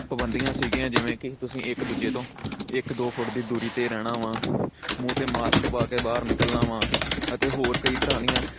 ਪਾਬੰਦੀਆਂ ਸੀਗੀਆਂ ਜਿਵੇਂ ਕਿ ਤੁਸੀਂ ਇੱਕ ਦੂਜੇ ਤੋਂ ਇੱਕ ਦੋ ਫੁੱਟ ਦੀ ਦੂਰੀ 'ਤੇ ਰਹਿਣਾ ਵਾਂ ਮੂੰਹ 'ਤੇ ਮਾਸਕ ਪਾ ਕੇ ਬਾਹਰ ਨਿਕਲਣਾ ਵਾਂ ਅਤੇ ਹੋਰ ਕਈ ਤਰ੍ਹਾਂ ਦੀਆਂ